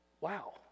Wow